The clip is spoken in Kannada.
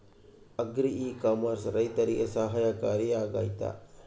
ಅಗ್ರಿ ಇ ಕಾಮರ್ಸ್ ರೈತರಿಗೆ ಸಹಕಾರಿ ಆಗ್ತೈತಾ?